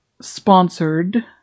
sponsored